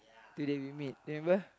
today we meet remember